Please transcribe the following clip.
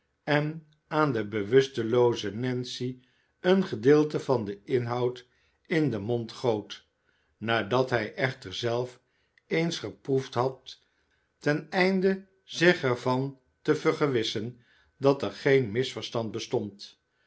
en aan de bewustelooze nancy een gedeelte van den inhoud in den mond goot nadat hij echter zelf eens geproefd had ten einde zich er van te vergewissen dat er geen misverstand bestond